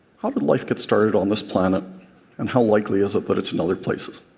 how did life get started on this planet and how likely is it that it's in other places?